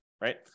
right